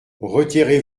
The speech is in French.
retirez